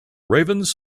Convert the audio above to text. ravens